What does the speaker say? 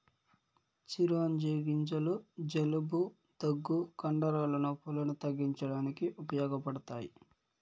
చిరోంజి గింజలు జలుబు, దగ్గు, కండరాల నొప్పులను తగ్గించడానికి ఉపయోగపడతాయి